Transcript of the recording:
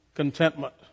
contentment